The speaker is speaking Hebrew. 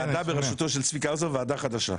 ועדה בראשותו של צביקה האוזר, ועדה חדשה.